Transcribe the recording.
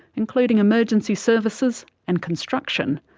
including emergency services and construction.